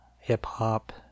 hip-hop